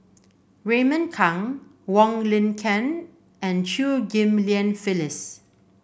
Raymond Kang Wong Lin Ken and Chew Ghim Lian Phyllis